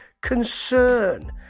concern